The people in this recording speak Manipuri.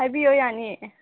ꯍꯥꯏꯕꯤꯌꯣ ꯌꯥꯅꯤꯌꯦ